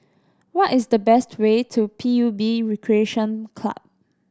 what is the easiest way to P U B Recreation Club